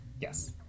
Yes